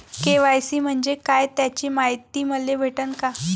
KYC म्हंजे काय त्याची मायती मले भेटन का?